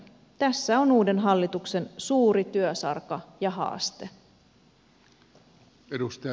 tässä on uuden hallituksen suuri työsarka ja haaste